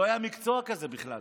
לא היה מקצוע כזה בכלל.